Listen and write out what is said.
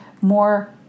more